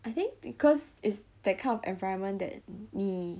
I think because it's that kind of environment that 你